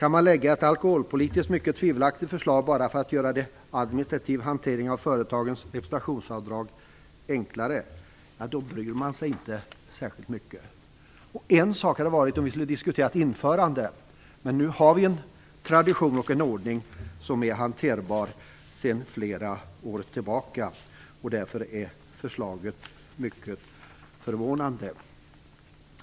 Kan man lägga fram ett alkoholpolitiskt mycket tvivelaktigt förslag bara för att göra den administrativa hanteringen av företagens representationsvdrag enklare bryr man sig inte särskilt mycket. Men nu har vi en tradition och en ordning sedan fler år tillbaka som är hanterbar. Därför är förslaget mycket förvånande.